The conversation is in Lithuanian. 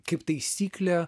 kaip taisyklė